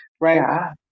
right